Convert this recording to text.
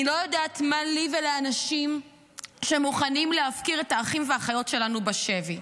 אני לא יודעת מה לי ולאנשים שמוכנים להפקיר את האחים והאחיות שלנו בשבי.